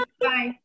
Bye